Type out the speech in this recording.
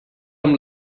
amb